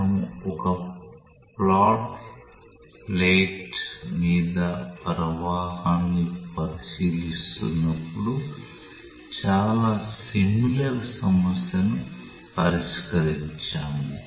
మనము ఒక flat plate మీద ప్రవాహాన్ని పరిశీలిస్తున్నప్పుడు చాలా సిమిలర్ సమస్యను పరిష్కరించాము